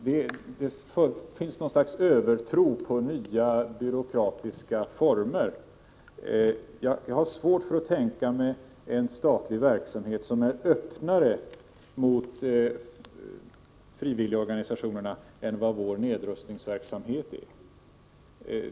Det finns något slags övertro på nya byråkratiska former. Jag har svårt att tänka mig en statlig verksamhet som är öppnare mot frivilligorganisationerna än vad vår nedrustningsverksamhet är.